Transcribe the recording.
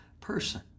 person